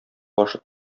башы